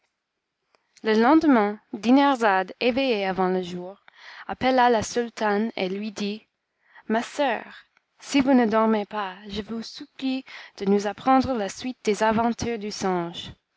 le lendemain dinarzade éveillée avant le jour appela la sultane et lui dit ma soeur si vous ne dormez pas je vous supplie de nous apprendre la suite des aventures du singe